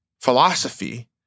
philosophy